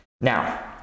Now